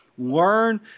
learn